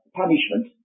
punishment